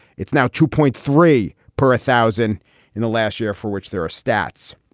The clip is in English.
it's now two point three per thousand in the last year for which there are stats.